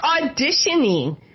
auditioning